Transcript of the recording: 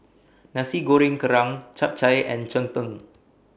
Nasi Goreng Kerang Chap Chai and Cheng Tng